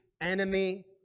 enemy